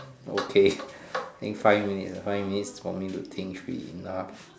okay in five minute ah five minutes for me to think should be enough